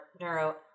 Neuro